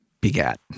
begat